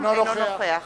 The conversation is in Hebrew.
אינו נוכח